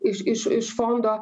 iš iš iš fondo